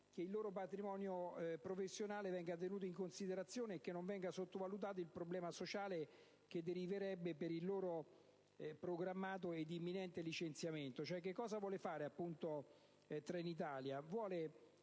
che il loro patrimonio professionale venga tenuto in considerazione e che non venga sottovalutato il problema sociale che deriverebbe dal loro proclamato ed imminente licenziamento. Che cosa vuole fare Trenitalia?